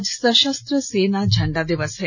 आज सशस्त्र सेना झंडा दिवस है